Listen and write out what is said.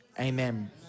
amen